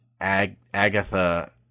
Agatha